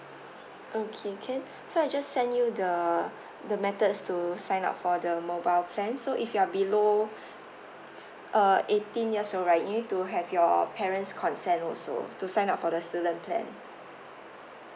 okay can so I just send you the the methods to sign up for the mobile plan so if you're below uh eighteen years old right you need to have your parents consent also to sign up for the student plan